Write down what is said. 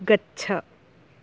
गच्छ